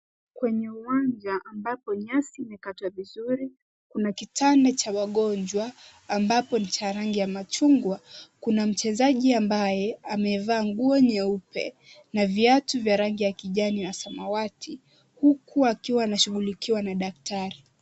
Kwenye uwanja ambapo nyasi imekatwa vizuri, kuna kitanda cha wagonjwa ambapo ni cha rangi ya machungwa. Kuna mchezaji ambaye amevaa nguo nyeupe na viatu vya rangi ya kijani na samawati huku akiwa anashughulikiwa na daktari.